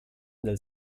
del